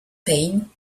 payne